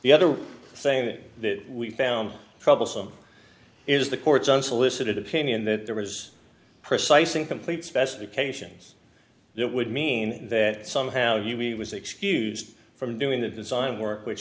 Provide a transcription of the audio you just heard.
the other thing that we found troublesome is the court's unsolicited opinion that there was precise and complete specifications that would mean that somehow you me was excused from doing the design work which